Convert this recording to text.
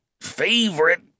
favorite